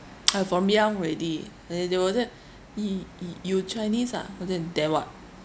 I from young already and then they will say !ee! !ee! you chinese ah I say then what